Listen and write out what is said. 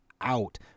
out